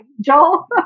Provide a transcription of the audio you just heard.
Joel